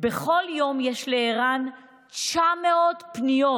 בכל יום יש לער"ן 900 פניות,